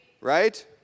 right